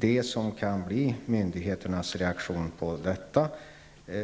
Det som kan bli myndigheternas reaktion